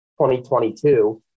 2022